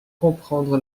comprendre